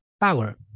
power